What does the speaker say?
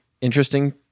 Interesting